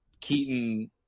keaton